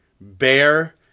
Bear